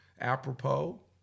apropos